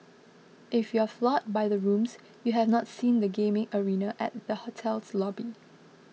if you're floored by the rooms you have not seen the gaming arena at the hotel's lobby